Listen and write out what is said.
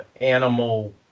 animal